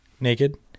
naked